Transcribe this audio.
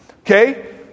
okay